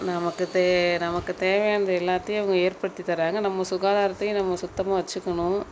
நமக்கு தே நமக்கு தேவையானது எல்லாத்தையும் அவங்க ஏற்படுத்தி தராங்க நம்ம சுகாதாரத்தையும் நம்ம சுத்தமாக வச்சுக்குணும்